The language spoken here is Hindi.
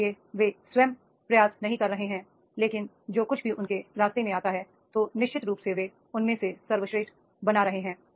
इसलिए वे स्वयं प्रयास नहीं कर रहे हैं लेकिन जो कुछ भी उनके रास्ते में आता है तो निश्चित रूप से वे उनमें से सर्वश्रेष्ठ बना रहे हैं